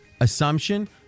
assumption